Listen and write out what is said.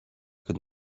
could